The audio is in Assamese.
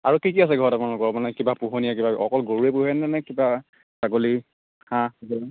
আৰু কি কি আছে ঘৰত আপোনালোকৰ মানে কিবা পোহনীয়া কিবা অকল গৰুৱেই পোহেনে নে কিবা ছাগলী হাঁহ